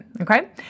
okay